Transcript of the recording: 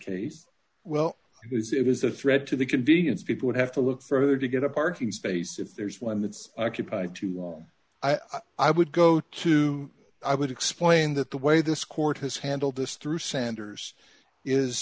case well is it is a threat to the convenience people would have to look further to get a parking space if there's one that's occupied too long i would go to i would explain that the way this court has handled this through sanders is